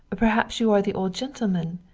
perhaps you are the old gentleman.